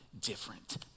different